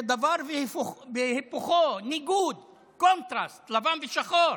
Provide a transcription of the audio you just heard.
זה דבר והיפוכו, ניגוד, קונטרסט, לבן ושחור.